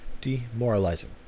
Demoralizing